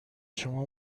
شما